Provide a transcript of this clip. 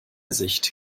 sicht